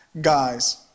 Guys